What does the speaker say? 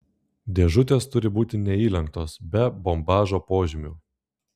dėžutės turi būti neįlenktos be bombažo požymių